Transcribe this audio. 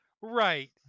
Right